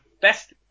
Best